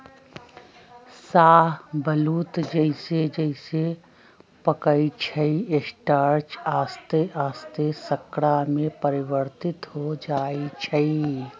शाहबलूत जइसे जइसे पकइ छइ स्टार्च आश्ते आस्ते शर्करा में परिवर्तित हो जाइ छइ